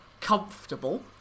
comfortable